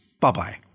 Bye-bye